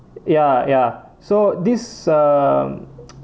ya ya so this